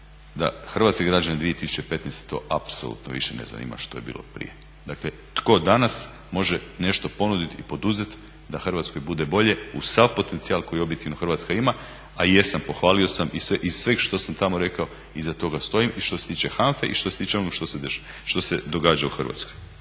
da hrvatski građani 2015. to apsolutno više ne zanima što je bilo prije. Dakle, tko danas može nešto ponuditi i poduzeti da Hrvatskoj bude bolje uz sav potencijal koji objektivno Hrvatska ima, a jesam, pohvalio sam iz sveg što sam tamo rekao iza toga stojim i što se tiče HANFA-e i što se tiče onog što se događa u Hrvatskoj.